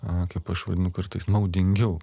kaip aš vadinu kartais naudingiau